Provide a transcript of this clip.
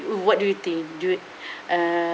what do you think do you err